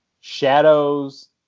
shadows